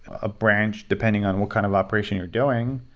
a branch, depending on what kind of operation you're doing,